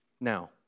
Now